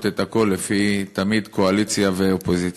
את הכול תמיד לפי קואליציה ואופוזיציה.